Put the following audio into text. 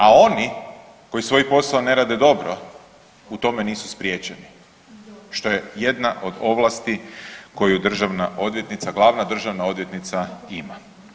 A oni koji svoj posao ne rado dobro u tome nisu spriječeni, što je jedna od ovlasti koji Državna odvjetnica, Glavna državna odvjetnica ima.